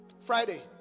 Friday